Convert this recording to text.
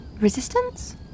Resistance